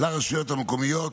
לרשויות המקומיות,